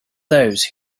those